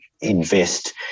invest